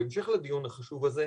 בהמשך לדיון החשוב הזה,